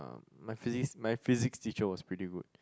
my physics my physics teacher was pretty good